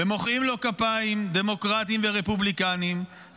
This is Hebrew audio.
מוחאים לו כפיים דמוקרטים ורפובליקנים,